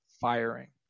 firing